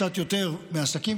קצת יותר מעסקים,